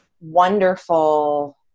wonderful